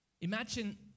Imagine